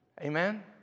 Amen